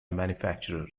manufacturer